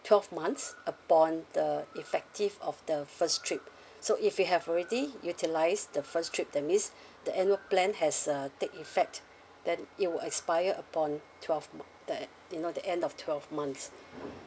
twelve months upon the effective of the first trip so if you have already utilise the first trip that means the annual plan has uh take effect then it will expire upon twelve mont~ the you know the end of twelve months